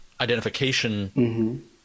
identification